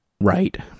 right